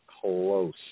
close